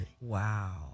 wow